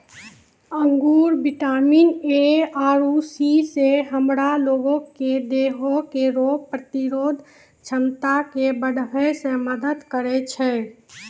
अंगूर vitamin A आरु C से हमरा लोगो के देहो के रोग प्रतिरोधक क्षमता के बढ़ाबै मे मदत करै छै